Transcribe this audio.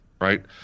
right